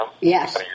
yes